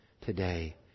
today